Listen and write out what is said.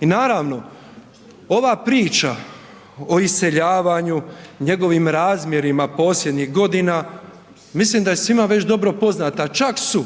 I naravno, ova priča o iseljavanju, njegovim razmjerima posljednjih godina mislim da je svima već dobro poznata, čak su